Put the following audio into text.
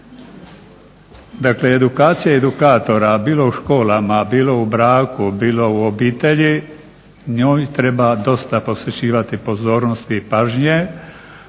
Dakle edukacija edukatora bilo u školama, bilo u braku, bilo u obitelji, njoj treba dosta posvećivati pozornosti i pažnje